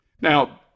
Now